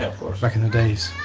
of course. back in the days